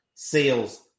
sales